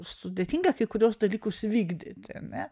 sudėtinga kai kuriuos dalykus įvykdyti ar ne